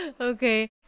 Okay